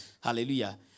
Hallelujah